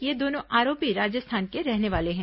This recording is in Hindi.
ये दोनों आरोपी राजस्थान के रहने वाले हैं